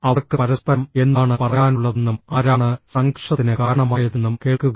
അവർക്ക് പരസ്പരം എന്താണ് പറയാനുള്ളതെന്നും ആരാണ് സംഘർഷത്തിന് കാരണമായതെന്നും കേൾക്കുക